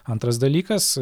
antras dalykas